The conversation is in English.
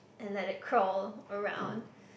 and let it crawl around